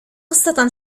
قصة